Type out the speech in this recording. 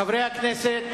חברי הכנסת,